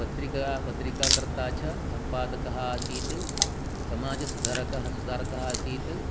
पत्रिका पत्रिकाकर्ता च सम्पादकः आसीत् समाजसुधारकः सुधारकः आसीत्